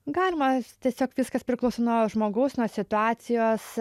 galima tiesiog viskas priklauso nuo žmogaus nuo situacijos